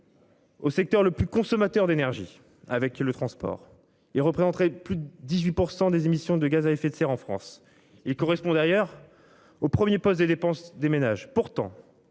Au secteur le plus consommateur d'énergie, avec le transport et représenterait plus de 18% des émissions de gaz à effet de serre en France, il correspond d'ailleurs au 1er poste des dépenses des ménages pourtant.